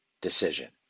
decision